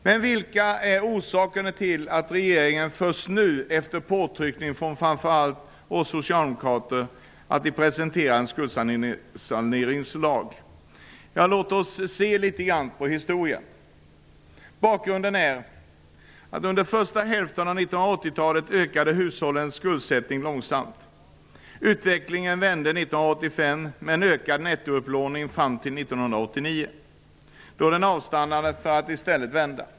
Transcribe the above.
Men vilka är orsakerna till att regeringen först nu efter påtryckningar från framför allt oss socialdemokrater presenterar en skuldsaneringslag? Låt oss se litet grand på historien. Bakgrunden är följande. Under första hälften av 1980-talet ökade hushållens skuldsättning långsamt. Utvecklingen vände 1985 med en ökad nettoupplåning fram till 1989, då den avstannade för att i stället vända.